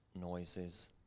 noises